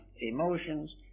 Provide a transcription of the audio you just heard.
emotions